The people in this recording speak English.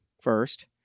first